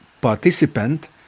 participant